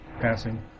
passing